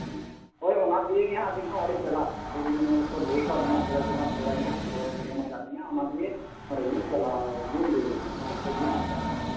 ᱦᱳᱭ ᱚᱱᱟᱛᱮᱜᱮ ᱦᱟᱸᱜ ᱟᱹᱞᱤᱧᱦᱚᱸ ᱚᱸᱰᱮ ᱪᱟᱞᱟᱜ ᱤᱭᱟᱹ ᱢᱟᱱᱮ ᱠᱚ ᱞᱟᱹᱭ ᱟᱠᱟᱣᱫ ᱞᱤᱧᱟᱹ ᱯᱮᱲᱟ ᱪᱮᱛᱟᱱ ᱯᱮᱲᱟᱜᱮ ᱦᱟᱸᱜ ᱠᱷᱚᱵᱚᱨᱠᱚ ᱮᱢ ᱟᱠᱟᱫ ᱞᱤᱧᱟᱹ ᱚᱱᱟᱛᱮᱜᱮ ᱚᱸᱰᱮᱜᱮᱞᱤᱧ ᱪᱟᱞᱟᱣᱞᱤᱧ ᱞᱟᱹᱭᱞᱮᱫᱼᱟ ᱚᱱᱟᱛᱮ ᱠᱷᱚᱡᱞᱤᱧ ᱦᱟᱛᱟᱣᱮᱫᱼᱟ